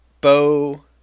bow